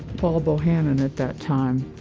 paul bohannan at that time,